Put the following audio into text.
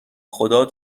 خدا